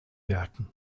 werken